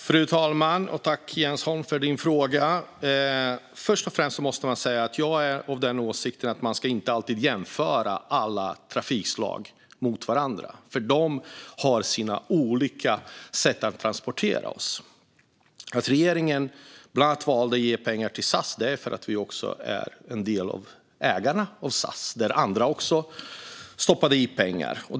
Fru talman! Tack, Jens Holm, för din fråga! Först och främst måste jag säga att jag är av åsikten att man inte alltid ska jämföra alla trafikslag med varandra, för de har sina olika sätt att transportera oss. Regeringen valde att ge pengar bland annat till SAS, och det beror på att staten är en del av ägarna till SAS. Andra stoppade också in pengar i SAS.